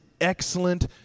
excellent